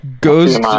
Goes